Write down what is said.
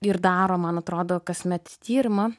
ir daro man atrodo kasmet tyrimą